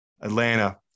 Atlanta